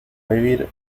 vivir